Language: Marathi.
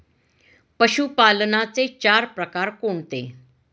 पशुपालनाचे चार प्रकार कोणते?